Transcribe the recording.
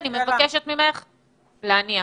אני מבקשת ממך להניח.